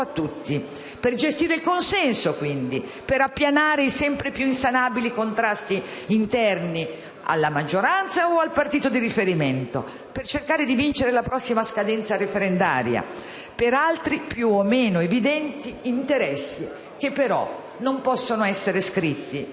a tutti, per gestire il consenso, per appianare i sempre più insanabili contrasti interni alla maggioranza o al partito di riferimento, per cercare di vincere la prossima scadenza referendaria e per altri più o meno evidenti interessi, che però non possono essere scritti